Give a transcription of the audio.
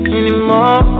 anymore